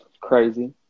crazy